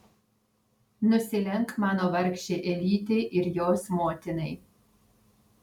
nusilenk mano vargšei elytei ir jos motinai